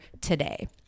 today